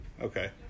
Okay